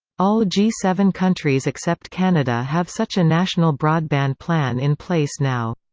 all g seven countries except canada have such a national broadband plan in place now.